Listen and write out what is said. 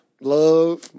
Love